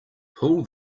pull